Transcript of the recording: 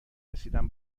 رسیدن